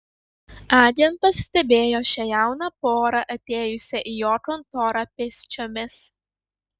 agentas stebėjo šią jauną porą atėjusią į jo kontorą pėsčiomis